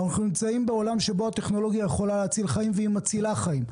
אנחנו נמצאים בעולם שבו הטכנולוגיה יכולה להציל חיים והיא מצילה חיים.